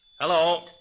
Hello